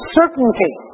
certainty